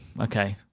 Okay